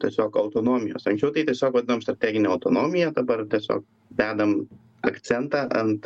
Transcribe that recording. tiesiog autonomijos anksčiau tai tiesiog vadinom strategine autonomija dabar tiesiog dedam akcentą ant